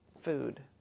food